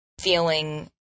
feeling